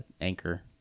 anchor